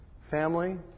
Family